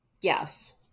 yes